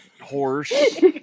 horse